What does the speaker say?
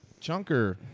chunker